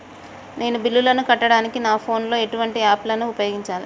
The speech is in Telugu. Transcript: నేను బిల్లులను కట్టడానికి నా ఫోన్ లో ఎటువంటి యాప్ లను ఉపయోగించాలే?